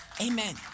Amen